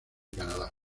canadá